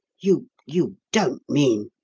you you don't mean?